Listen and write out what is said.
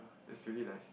is really nice